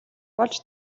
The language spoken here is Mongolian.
болж